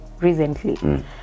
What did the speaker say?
recently